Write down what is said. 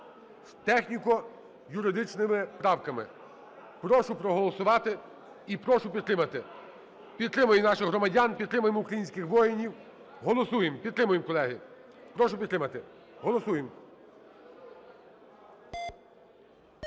з техніко-юридичними правками. Прошу проголосувати і прошу підтримати. Підтримаємо наших громадян, підтримаємо українських воїнів. Голосуємо. Підтримуємо, колеги. Прошу підтримати. Голосуємо.